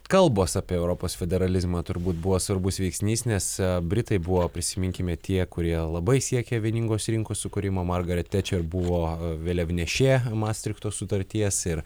kalbos apie europos federalizmą turbūt buvo svarbus veiksnys nes britai buvo prisiminkime tie kurie labai siekė vieningos rinkos sukūrimo margaret tečer buvo vėliavnešė mastrichto sutarties ir